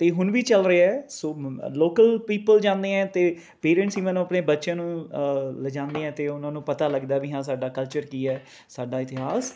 ਇਹ ਹੁਣ ਵੀ ਚੱਲ ਰਿਹਾ ਹੈ ਸੋ ਲੌਕਲ ਪੀਪਲ ਜਾਂਦੇ ਹੈ ਅਤੇ ਪੇਰੈਂਟਸ ਈਵਨ ਆਪਣੇ ਬੱਚਿਆਂ ਨੂੰ ਲਿਜਾਉਂਦੇ ਹੈ ਅਤੇ ਉਹਨਾਂ ਨੂੰ ਪਤਾ ਲੱਗਦਾ ਵੀ ਹਾਂ ਸਾਡਾ ਕਲਚਰ ਕੀ ਹੈ ਸਾਡਾ ਇਤਿਹਾਸ ਕੀ ਹੈ